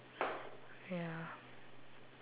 ya